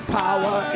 power